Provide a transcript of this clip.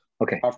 Okay